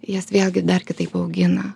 jas vėlgi dar kitaip augina